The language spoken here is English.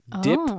Dip